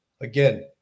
Again